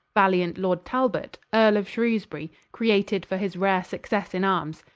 valiant lord talbot earle of shrewsbury? created for his rare successe in armes,